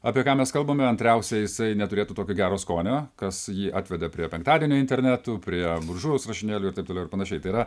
apie ką mes kalbame antriausia jisai neturėtų tokio gero skonio kas jį atvedė prie penktadienio internetų prie buržujaus rašinėlių ir taip toliau ir panašiai tai yra